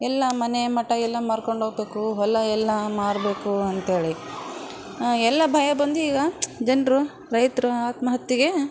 ಎಲ್ಲ ಮನೆ ಮಠ ಎಲ್ಲ ಮಾರ್ಕೊಂಡ್ ಹೋಗ್ಬೇಕು ಹೊಲ ಎಲ್ಲ ಮಾರಬೇಕು ಅಂತೇಳಿ ಎಲ್ಲ ಭಯ ಬಂದು ಈಗ ಜನರು ರೈತರು ಆತ್ಮಹತ್ಯೆಗೆ